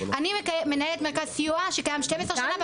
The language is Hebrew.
אני מנהלת מרכז סיוע שקיים 12 שנה,